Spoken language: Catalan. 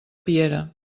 piera